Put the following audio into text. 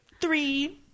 three